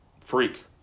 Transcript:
Freak